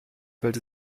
fällt